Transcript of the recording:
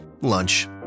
Lunch